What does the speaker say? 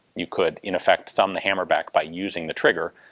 you could in effect thumb the hammer back by using the trigger,